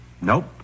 Nope